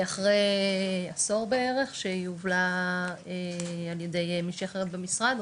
אחרי עשור בערך שהיא הובלה על ידי מישהי אחרת במשרד,